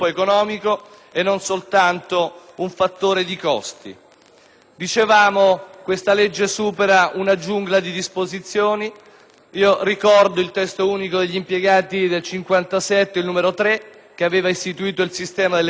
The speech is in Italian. e non soltanto un fattore di costi. Dicevamo che questa legge supera una giungla di disposizioni. Ricordo il testo unico degli impiegati del 1957, il n. 3, che aveva istituito il sistema delle carriere.